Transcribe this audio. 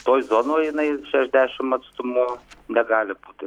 toj zonoj jinai šešiasdešimt atstumu negali būti